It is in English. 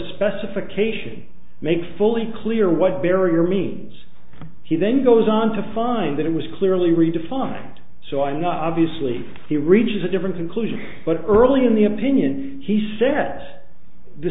specification make fully clear what barrier means he then goes on to find that it was clearly redefined so i know obviously he reaches a different conclusion but early in the opinion he s